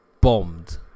Bombed